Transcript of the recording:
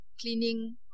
cleaning